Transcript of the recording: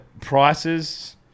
Prices